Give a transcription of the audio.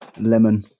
Lemon